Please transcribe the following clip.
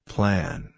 Plan